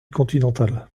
continentale